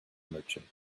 merchant